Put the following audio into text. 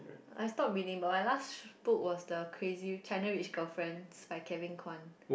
I stopped reading but my last book was the crazy China-Rich-Girlfriend by Kevin-Kwan